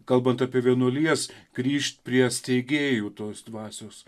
kalbant apie vienuolijas grįžt prie steigėjų tos dvasios